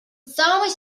самый